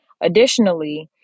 Additionally